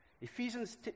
Ephesians